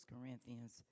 Corinthians